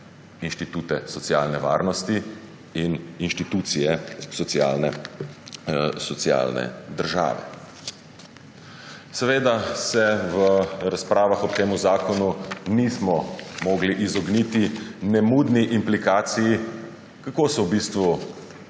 inštitucije socialne države. Seveda se v razpravah ob tem zakonu nismo mogli izogniti nemudni implikaciji, kako so v bistvu